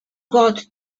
got